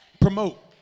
Promote